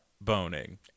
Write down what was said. boning